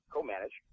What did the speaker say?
co-manage